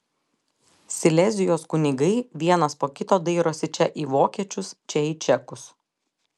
silezijos kunigai vienas po kito dairosi čia į vokiečius čia į čekus